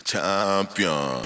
Champion